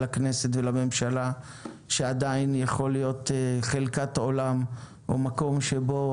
לכנסת ולממשלה שעדיין יכולה להיות חלקת עולם או מקום שבו